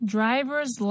Driver's